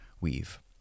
weave